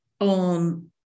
on